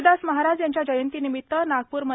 रविदास महाराज यांच्या जयंतीनिमित्त नागपूर म